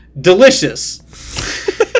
delicious